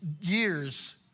years